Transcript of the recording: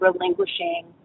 relinquishing